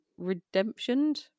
redemptioned